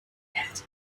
hält